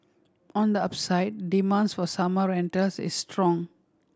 on the upside demands for summer rentals is strong